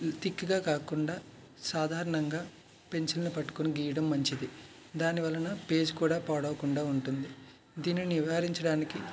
తిక్గా కాకుండా సాధారణంగా పెన్సిల్ని పట్టుకొని గీయడం మంచిది దాని వలన పేజ్ కూడా పాడవకుండా ఉంటుంది దీన్ని నివారించడానికి